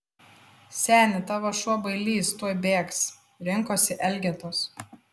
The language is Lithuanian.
seni tavo šuo bailys tuoj bėgs rinkosi elgetos